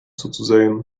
zuzusehen